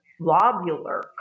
lobular